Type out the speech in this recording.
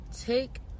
Take